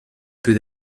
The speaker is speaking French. peut